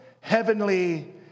heavenly